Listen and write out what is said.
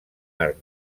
arc